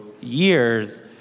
years